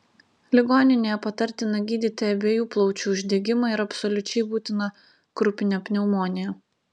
ligoninėje patartina gydyti abiejų plaučių uždegimą ir absoliučiai būtina krupinę pneumoniją